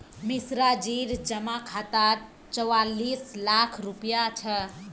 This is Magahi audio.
मिश्राजीर जमा खातात चौवालिस लाख रुपया छ